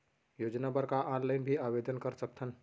योजना बर का ऑनलाइन भी आवेदन कर सकथन?